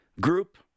group—